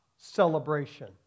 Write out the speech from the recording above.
celebration